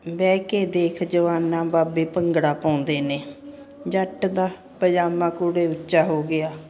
ਬਹਿ ਕੇ ਦੇਖ ਜਵਾਨਾਂ ਬਾਬੇ ਭੰਗੜਾ ਪਾਉਂਦੇ ਨੇ ਜੱਟ ਦਾ ਪਜਾਮਾ ਕੁੜੇ ਉੱਚਾ ਹੋ ਗਿਆ